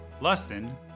Lesson